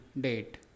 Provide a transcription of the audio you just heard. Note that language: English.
date